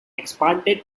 expanded